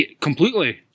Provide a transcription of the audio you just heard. completely